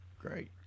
Great